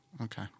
Okay